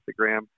Instagram